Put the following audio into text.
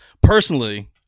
Personally